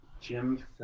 Jim